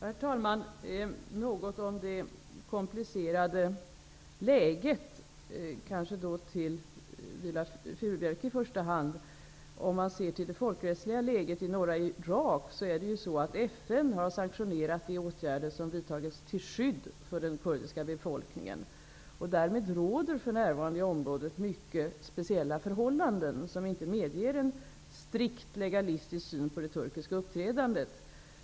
Herr talman! Jag vill säga något om det komplicerade läget, kanske i första hand till Viola Furubjelke. Om man ser till det folkrättsliga rättsläget i norra Irak, är det så att FN har sanktionerat de åtgärder som har vidtagits till skydd för den kurdiska befolkningen. Därmed råder för närvarande mycket speciella förhållanden i området, som inte medger en strikt legalistisk syn på det turkiska uppträdandet.